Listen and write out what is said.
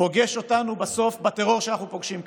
פוגש אותנו בסוף בטרור שאנחנו פוגשים כאן.